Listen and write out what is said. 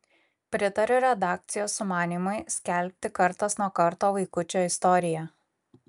pritariu redakcijos sumanymui skelbti kartas nuo karto vaikučio istoriją